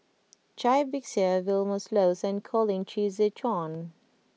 Cai Bixia Vilma Laus and Colin Qi Zhe Quan